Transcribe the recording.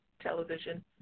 television